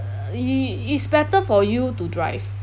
it it's better for you to drive